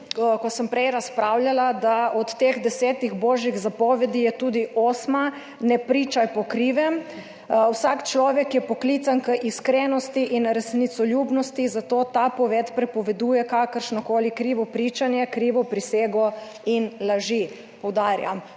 ko sem prej razpravljala, da je od teh desetih božjih zapovedi tudi osma, ne pričaj po krivem. Vsak človek je poklican k iskrenosti in resnicoljubnosti, zato ta poved prepoveduje kakršno koli krivo pričanje, krivo prisego in laži. Poudarjam,